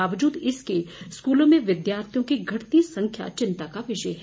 बावजूद इसके स्कूलों में विद्यार्थियों की घटती संख्या चिंता का विषय है